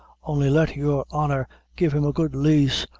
only let your honor give him a good lease,